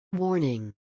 Warning